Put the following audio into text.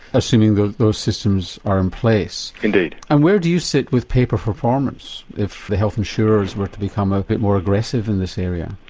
assuming that those systems are in place. indeed. and where do you sit with pay for performance if the health insurers were to become a bit more aggressive in this area?